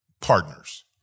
partners